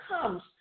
comes